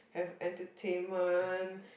have entertainment